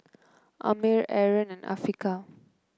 Ammir Aaron and Afiqah